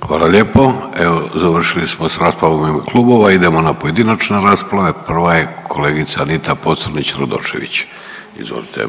Davorko (Socijaldemokrati)** Hvala lijepo. Evo, završili smo s raspravom u ime klubova. Idemo na pojedinačne rasprave. Prva je kolegica Anita Pocrnić-Radošević, izvolite.